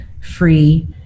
free